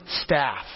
staff